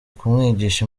kumwigisha